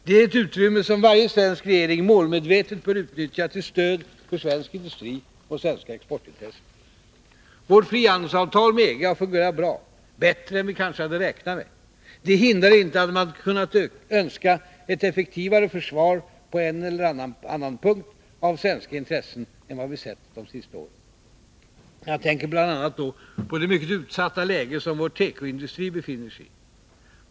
Det är ett utrymme som varje svensk regering målmedvetet bör utnyttja till stöd för svensk industri och svenska exportintressen. Vårt frihandelsavtal med EG har fungerat bra, bättre än vi kanske hade räknat med. Det hindrar inte att man hade kunnat önska ett effektivare försvar på en eller annan punkt av svenska intressen än vad vi sett de senaste åren. Jag tänker då bl.a. på det mycket utsatta läge som vår tekoindustri befinner sig i.